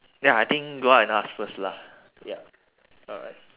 ya I think go out and ask first lah yup alright